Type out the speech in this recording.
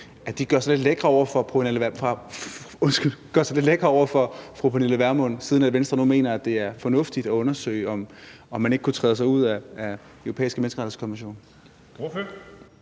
at de gør sig lidt lækre over for fru Pernille Vermund, siden at Venstre nu mener, at det er fornuftigt at undersøge, om man ikke kunne træde ud af Den Europæiske Menneskerettighedskonvention.